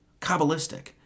Kabbalistic